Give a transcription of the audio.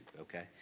okay